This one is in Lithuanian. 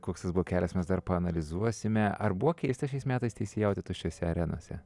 koks jis buvo kelias dar paanalizuosime ar buvo keista šiais metais teisėjauti tuščiose arenose